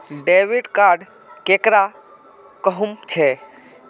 Debit card केकरा कहुम छे?